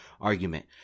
argument